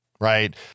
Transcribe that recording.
right